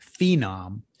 phenom